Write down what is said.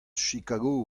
chicago